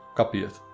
copy it.